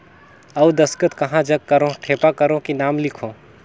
अउ दस्खत कहा जग करो ठेपा करो कि नाम लिखो?